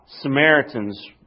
Samaritans